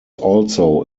also